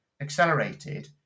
accelerated